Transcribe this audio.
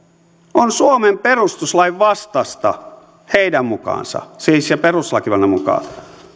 on suomen perustuslain vastaista heidän mukaansa siis perustuslakivaliokunnan mukaan